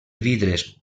vidres